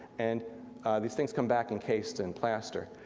and these things come back encased in plaster.